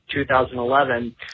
2011